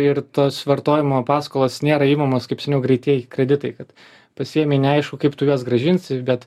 ir tos vartojimo paskolos nėra imamos kaip seniau greitieji kreditai kad pasiėmei neaišku kaip tu juos grąžinsi bet